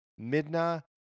Midna